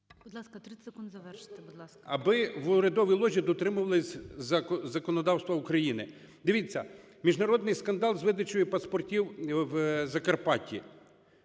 Аби в урядовій ложі дотримувались законодавства України. Дивіться, міжнародний скандал з видачею паспортів в Закарпатті.